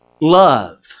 love